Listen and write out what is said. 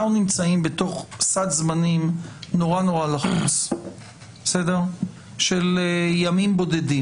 אנחנו נמצאים בתוך סד זמנים מאוד לחוץ של ימים בודדים.